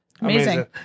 Amazing